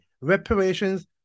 reparations